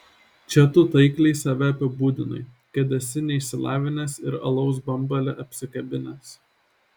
čia tu taikliai save apibūdinai kad esi neišsilavinęs ir alaus bambalį apsikabinęs